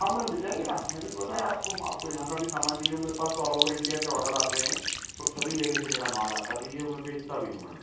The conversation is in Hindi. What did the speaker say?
हाँ मैडम मिल जाएगा ना मैंने तो बताया आपको आपको जहाँ का भी सामान चाहिए मेरे पास तो ऑल ओवर इंडिया का आर्डर आते हैं और सभी जगह से मेरा माल आता भी है और मैं बेचता भी हूँ मैडम